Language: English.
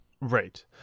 Right